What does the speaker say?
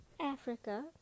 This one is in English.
africa